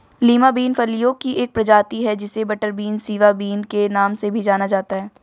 Lima bean फलियों की एक प्रजाति है जिसे बटरबीन, सिवा बिन के नाम से भी जाना जाता है